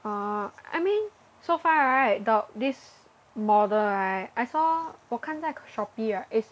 oh I mean so far right the this model right I saw 我看在 Shopee right is